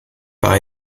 war